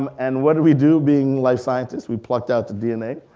um and what do we do being life scientists? we plucked out the dna.